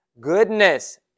goodness